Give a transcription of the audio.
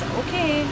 okay